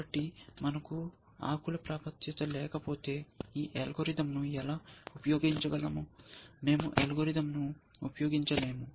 కాబట్టి మనకు ఆకుకు ప్రాప్యత లేకపోతే ఈ అల్గోరిథంను ఎలా ఉపయోగించగలం మేము అల్గోరిథంను ఉపయోగించలేము